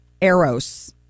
Eros